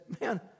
man